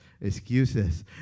excuses